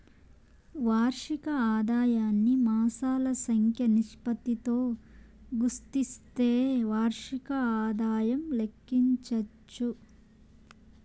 వార్షిక ఆదాయాన్ని మాసాల సంఖ్య నిష్పత్తితో గుస్తిస్తే వార్షిక ఆదాయం లెక్కించచ్చు